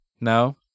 no